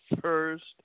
first